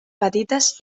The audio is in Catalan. petites